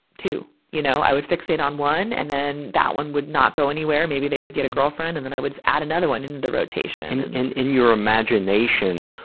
too. you know, i would fixate on one, and then that one would not go anywhere. maybe they would get a girlfriend. and then i would add another one in the rotation. in, in, in your imagination,